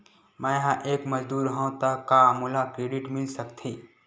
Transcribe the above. मैं ह एक मजदूर हंव त का मोला क्रेडिट मिल सकथे?